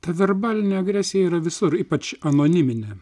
ta verbalinė agresija yra visur ypač anoniminė